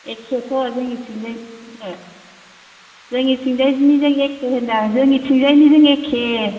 एखेथ' जोंनिथिंनिजायजों नो जोंनिथिंनिजायजों एखे होनदां जोंनिथिंजायनिजों एखे